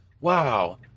wow